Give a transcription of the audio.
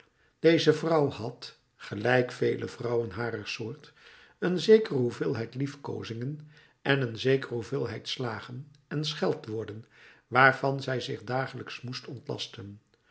deze vrouw had gelijk vele vrouwen harer soort een zekere hoeveelheid liefkoozingen en een zekere hoeveelheid slagen en scheldwoorden waarvan zij zich dagelijks moest ontlasten